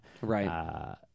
right